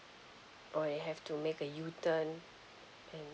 or they have to make a U turn and